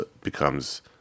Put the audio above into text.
becomes